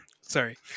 sorry